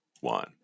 one